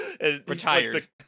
Retired